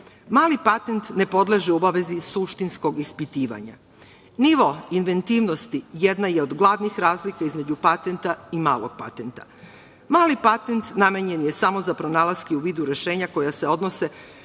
patent ne podleže obavezi suštinskog ispitivanja. Nivo inventivnosti jedna je od glavnih razlika između patenta i malog patenta. Mali patent namenjen je samo za pronalaske u vidu rešenja koja se odnose